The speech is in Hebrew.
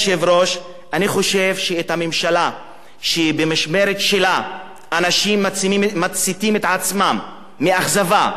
אני חושב שממשלה שבמשמרת שלה אנשים מציתים את עצמם מאכזבה ומייאוש,